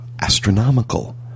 astronomical